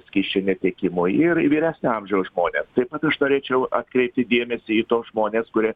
skysčių netekimo ir į vyresnio amžiaus žmonėms taip pat aš norėčiau atkreipti dėmesį į tuos žmones kurie